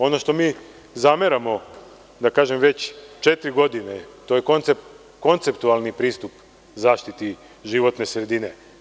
Ono što mi zameramo već četiri godine, to je konceptualni pristup zaštiti životne sredine.